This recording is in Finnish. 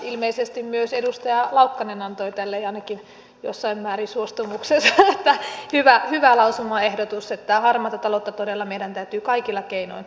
ilmeisesti myös edustaja laukkanen antoi tälle ainakin jossain määrin suostumuksensa että kyseessä on hyvä lausumaehdotus että harmaata taloutta todella meidän täytyy kaikilla keinoin pyrkiä torjumaan